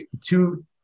two